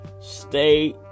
Stay